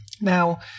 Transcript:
Now